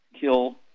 kill